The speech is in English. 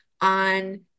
on